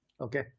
okay